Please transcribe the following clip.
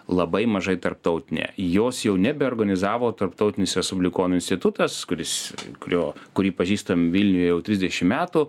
labai mažai tarptautinė jos jau nebe organizavo tarptautinis respublikonų institutas kuris kurio kurį pažįstam vilniuje jau trisdešim metų